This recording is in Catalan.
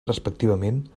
respectivament